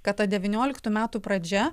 kad ta devynioliktų metų pradžia